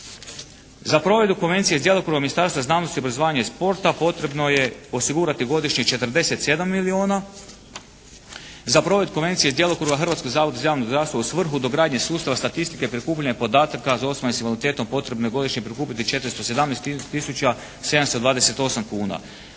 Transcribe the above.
Za provedbu konvencije iz djelokruga Ministarstva znanosti, obrazovanja i sporta potrebno je osigurati godišnje 47 milijuna, za provedbu konvencije iz djelokruga Hrvatskog zavoda za javno zdravstvo u svrhu dogradnje sustava statistike prikupljanja podataka za osobe s invaliditetom potrebno je godišnje prikupiti 417 tisuća